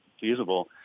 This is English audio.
feasible